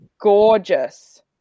gorgeous